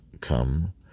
come